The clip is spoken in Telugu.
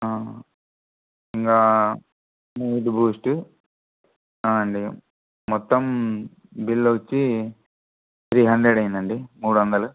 ఇంకా మూడు బూస్టు అంతేకదా మొత్తం బిల్లు వచ్చి త్రీ హండ్రెడ్ అయిందండి మూడొందలు